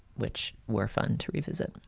which were fun to revisit.